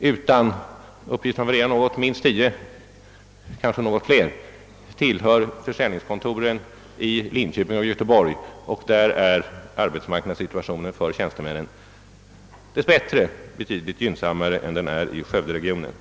utan — uppgifterna varierar något — minst 10, kanske något fler, tillhör försäljningskontoren i Linköping och Göteborg, och där är arbetsmarknadssituationen för tjänstemännen dess bättre betydligt gynnsammare än i skövderegionen.